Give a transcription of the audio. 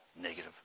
negative